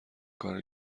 کارو